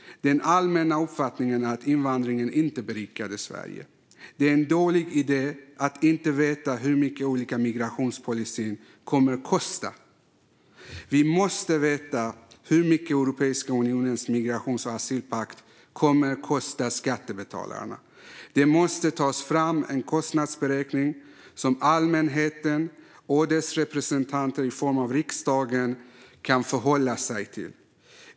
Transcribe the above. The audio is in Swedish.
Det är en allmän uppfattning att invandringen inte berikade Sverige. Det är en dålig idé att inte veta hur mycket olika migrationspolicyer kommer att kosta. Vi måste veta hur mycket Europeiska unionens migrations och asylpakt kommer att kosta skattebetalarna. Det måste tas fram en kostnadsberäkning som allmänheten och dess representanter i form av riksdagen kan förhålla sig till.